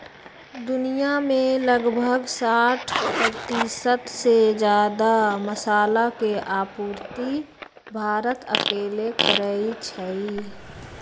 दुनिया में लगभग साठ परतिशत से जादा मसाला के आपूर्ति भारत अकेले करई छई